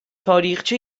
تاریخچه